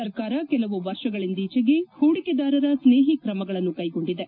ಸರ್ಕಾರ ಕೆಲವು ವರ್ಷಗಳಿಂದೀಚೆಗೆ ಹೂಡಿಕೆದಾರರ ಸ್ನೇಹಿ ಕ್ರಮಗಳನ್ನು ಕ್ಲೆಗೊಂಡಿದೆ